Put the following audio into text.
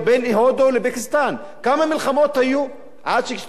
כמה מלחמות היו עד ששתי המדינות התחמשו בנשק גרעיני?